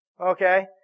Okay